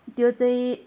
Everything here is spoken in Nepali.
त्यो चाहिँ